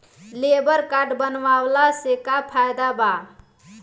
Labour card बनवाला से का फायदा बा?